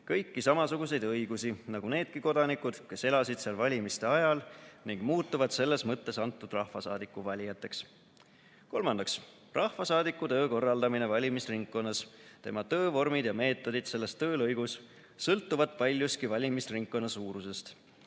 kõiki samasuguseid õigusi nagu needki kodanikud, kes elasid seal valimiste ajal, ning muutuvad selles mõttes antud rahvasaadiku valijateks. Kolmandaks – rahvasaadiku töö korraldamine valimisringkonnas, tema töövormid ja ‑meetodid selles töölõigus sõltuvad paljuski valimisringkonna suurusest.